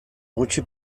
gutxi